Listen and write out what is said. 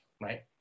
right